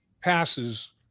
passes